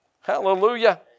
Hallelujah